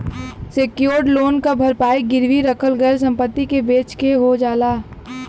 secured loan क भरपाई गिरवी रखल गयल संपत्ति के बेचके हो जाला